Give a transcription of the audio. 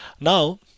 Now